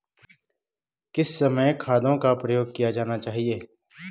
किस समय खादों का प्रयोग किया जाना चाहिए?